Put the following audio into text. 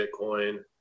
Bitcoin